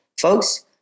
folks